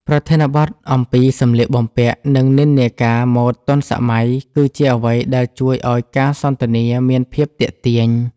ប្រធានបទអំពីសម្លៀកបំពាក់ និងនិន្នាការម៉ូដទាន់សម័យ គឺជាអ្វីដែលជួយឱ្យការសន្ទនាមានភាពទាក់ទាញ។